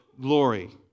glory